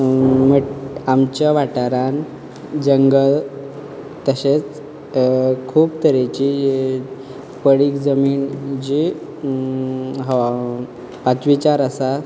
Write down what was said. but आमच्या वाटारान जंगल तशेंच खूब तरेची पडींग जमीन जी पांचवीचार आसा